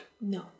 No